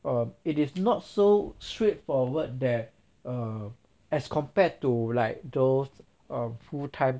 err it is not so straightforward that um as compared to like those um full time